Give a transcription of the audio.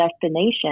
destination